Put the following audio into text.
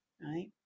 right